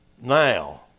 Now